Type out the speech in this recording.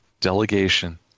Delegation